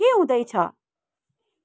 के हुँदैछ